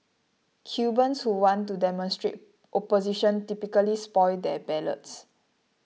Cubans who want to demonstrate opposition typically spoil their ballots